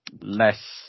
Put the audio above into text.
less